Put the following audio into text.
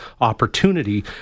opportunity